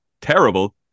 terrible